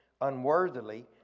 unworthily